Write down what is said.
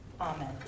Amen